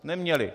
Neměli.